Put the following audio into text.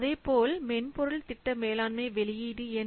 அதேபோல் மென்பொருள் திட்ட மேலாண்மை வெளியீடு என்ன